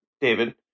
David